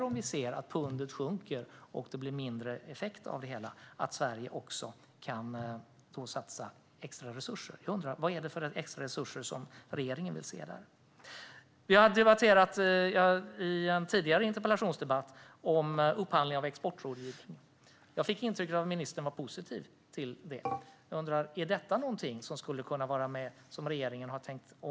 Om vi ser att pundet sjunker och att det blir mindre effekt av det hela, desto viktigare är det att Sverige kan satsa extra resurser. Jag undrar: Vad är det för extra resurser som regeringen vill se där? Vi har debatterat upphandling av exportrådgivning i en tidigare interpellationsdebatt. Jag fick intrycket att ministern var positiv till det. Jag undrar: Är detta någonting som skulle kunna vara med, som regeringen har tänkt?